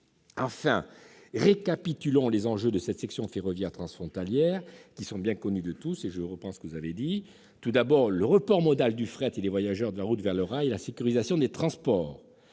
Enfin, récapitulons les enjeux de cette section ferroviaire transfrontalière, qui sont bien connus de tous. Tout d'abord, je veux évoquer le report modal du fret et des voyageurs de la route vers le rail et la sécurisation des transports.